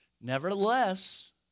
Nevertheless